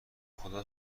خدا